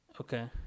Okay